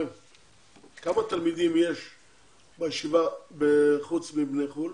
כמה תלמידים יש בישיבה חוץ מבני חו"ל?